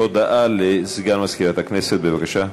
הודעה לסגן מזכירת הכנסת, בבקשה.